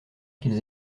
qu’ils